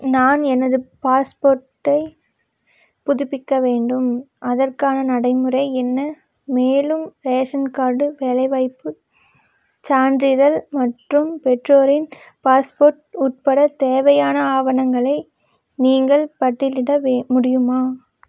நான் எனது பாஸ்போர்ட்டை புதுப்பிக்க வேண்டும் அதற்கான நடைமுறை என்ன மேலும் ரேஷன் கார்டு வேலைவாய்ப்புச் சான்றிதழ் மற்றும் பெற்றோரின் பாஸ்போர்ட் உட்பட தேவையான ஆவணங்களை நீங்கள் பட்டியலிட வே முடியுமா